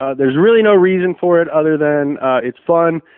ah there's really no reason for it other than it's fun,